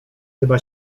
chyba